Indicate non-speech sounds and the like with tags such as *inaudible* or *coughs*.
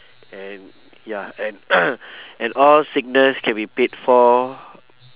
and ya and *coughs* and all sickness can be paid for